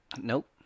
Nope